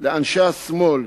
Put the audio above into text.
נגד לאנשי השמאל.